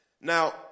Now